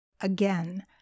Again